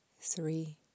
three